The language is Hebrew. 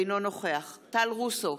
אינו נוכח טל רוסו,